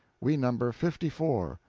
we number fifty four.